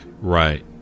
Right